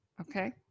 Okay